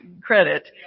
credit